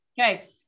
Okay